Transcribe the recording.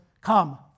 Come